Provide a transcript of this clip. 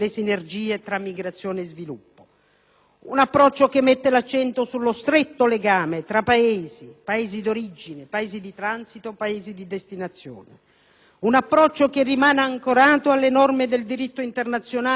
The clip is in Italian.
un approccio che mette l'accento sullo stretto legame tra Paesi d'origine, di transito e di destinazione, rimanendo ancorato alle norme del diritto internazionale e, in particolare, a quelle relative